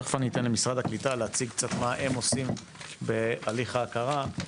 תכף אני אתן למשרד הקליטה להציג קצת מה הם עושים בהליך ההכרה.